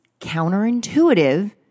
counterintuitive